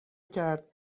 کرد